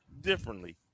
differently